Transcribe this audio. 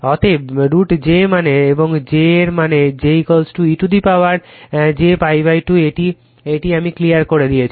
অতএব √ j মানে এবং j তার মানে j e to the power j π 2 আমি এটা ক্লিয়ার করে দিচ্ছি